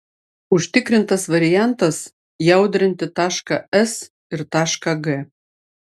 užtikrintas variantas jaudrinti tašką s ir tašką g